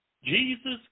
Jesus